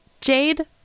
jade